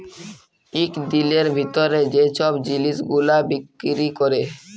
ইক দিলের ভিতরে যে ছব জিলিস গুলা বিক্কিরি ক্যরে